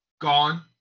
gone